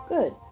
Good